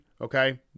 okay